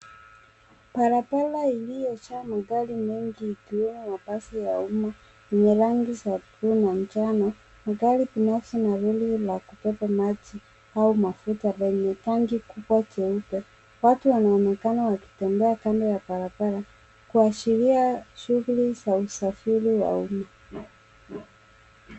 Barabara iliyojaa magari mengi ikiwemo mabasi ya umma, yenye rangi za bluu na njano. Magari kunazo na lori la kubeba maji au mafuta lenye tanki kubwa jeupe. Watu wanaonekana wakitembea kando ya barabara, kuashiria shughuli za usafiri wa umma.